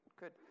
good